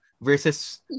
Versus